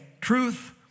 truth